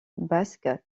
basque